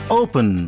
open